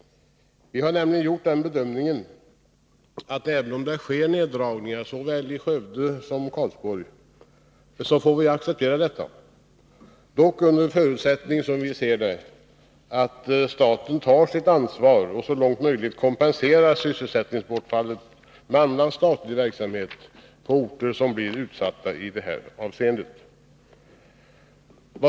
Vi har nämligen gjort den bedömningen, att även om det sker neddragningar i såväl Skövde som Karlsborg får vi acceptera detta, dock under den förutsättningen att staten tar sitt ansvar och så långt möjligt kompenserar sysselsättningsbortfallet med annan statlig verksamhet på orter som i det här avseendet blir utsatta.